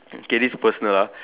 okay this personal ah